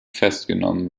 festgenommen